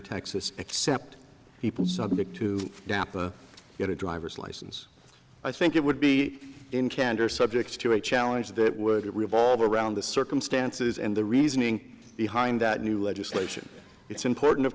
texas except people subject to napa get a driver's license i think it would be in candor subject to a challenge that would revolve around the circumstances and the reasoning behind that new legislation it's important of